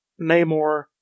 Namor